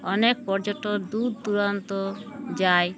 অনেক পর্যটক দূর দূরান্ত যায়